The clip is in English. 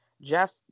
Jeff